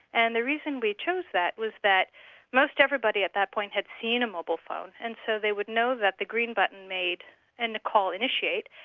and the reason we chose that was that most everybody at that point had seen a mobile phone, and so they would know that the green button made and the call initiate,